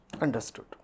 understood